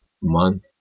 month